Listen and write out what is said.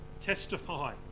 testify